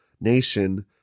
nation